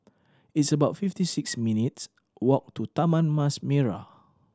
it's about fifty six minutes walk to Taman Mas Merah